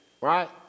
right